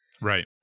Right